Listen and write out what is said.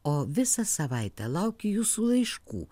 o visą savaitę laukiu jūsų laiškų